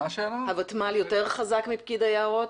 האם פקיד היערות